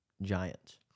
Giants